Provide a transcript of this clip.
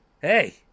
Hey